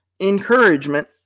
encouragement